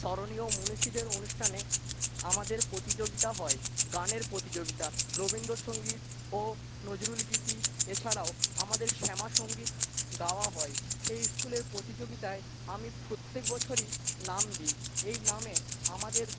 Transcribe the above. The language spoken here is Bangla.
স্মরণীয় মনীষীদের অনুষ্ঠানে আমাদের প্রতিযোগিতা হয় গানের প্রতিযোগিতা রবীন্দ্রসংগীত ও নজরুলগীতি এছাড়াও আমাদের শ্যামা সংগীত গাওয়া হয় সেই স্কুলে প্রতিযোগিতায় আমি প্রত্যেক বছরই নাম দিই এই নামে আমাদের